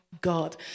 God